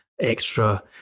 extra